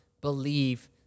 believe